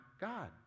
God